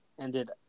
ended